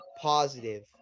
positive